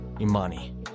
Imani